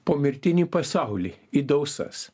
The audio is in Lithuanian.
pomirtinį pasaulį į dausas